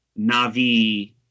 Navi